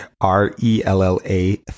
R-E-L-L-A